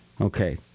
Okay